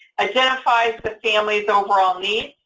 identifies the family's overall needs,